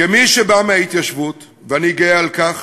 כמי שבא מההתיישבות, ואני גאה על כך,